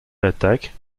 l’attaque